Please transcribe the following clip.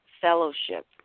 fellowship